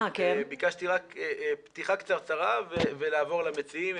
ביקשתי פתיחה קצרצרה ואז לעבור למציעים.